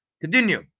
Continue